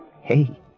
Hey